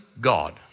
God